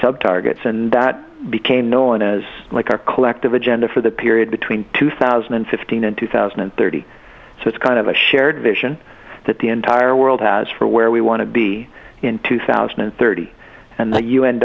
sub targets and that became known as like our collective agenda for the period between two thousand and fifteen and two thousand and thirty so it's kind of a shared vision that the entire world has for where we want to be in two thousand and thirty and the u